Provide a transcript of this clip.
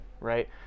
right